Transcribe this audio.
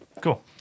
cool